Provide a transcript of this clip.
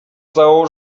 całą